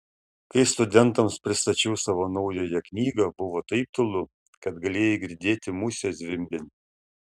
kai studentams pristačiau savo naująją knygą buvo taip tylu kad galėjai girdėti musę zvimbiant